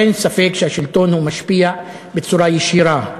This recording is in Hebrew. אין ספק שהשלטון משפיע בצורה ישירה,